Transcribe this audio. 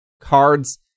Cards